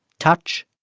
touch.